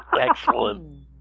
Excellent